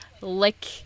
lick